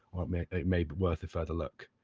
or it may it may be worth a further look.